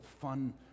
fun